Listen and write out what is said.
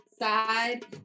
Side